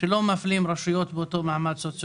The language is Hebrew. שלא מפלים רשויות באותו מעמד סוציו